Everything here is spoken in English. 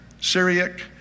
Syriac